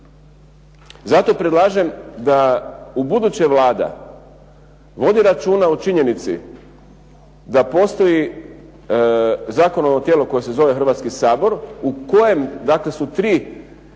Zato predlažem da ubuduće Vlada vodi računa o činjenici da postoji zakonodavno tijelo koje se zove Hrvatski sabor u kojem dakle